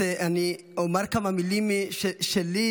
אני אומר כמה מילים שלי,